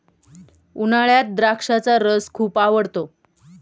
उन्हाळ्यात द्राक्षाचा रस खूप आवडतो